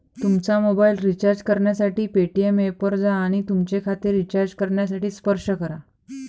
तुमचा mobile recharge करण्यासाठी Paytm ऐपवर जा आणि तुमचे खाते रिचार्ज करण्यासाठी स्पर्श करा